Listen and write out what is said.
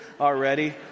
already